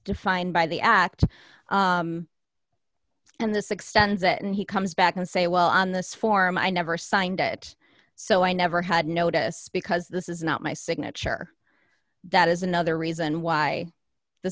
defined by the act and this extends it and he comes back and say well on this form i never signed it so i never had notice because this is not my signature that is another reason why the